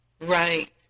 Right